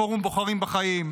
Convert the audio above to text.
פורום בוחרים בחיים,